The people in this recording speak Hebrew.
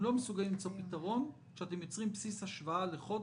אנחנו אוחזים בהכנסה בשנת הבסיס לגבי מוסד ציבורי,